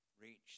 reach